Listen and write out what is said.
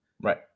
Right